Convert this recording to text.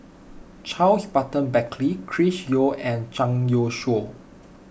Charles Burton Buckley Chris Yeo and Zhang Youshuo